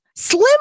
Slim